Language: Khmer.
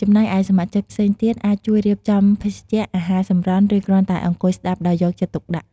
ចំណែកឯសមាជិកផ្សេងទៀតអាចជួយរៀបចំភេសជ្ជៈ អាហារសម្រន់ ឬគ្រាន់តែអង្គុយស្ដាប់ដោយយកចិត្តទុកដាក់។